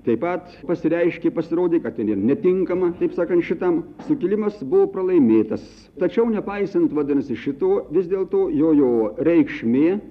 taip pat pasireiškė pasirodė kad ten ir netinkama taip sakant šitam sukilimas buvo pralaimėtas tačiau nepaisant vadinasi šito vis dėlto jojo reikšmė